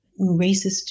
racist